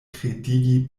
kredigi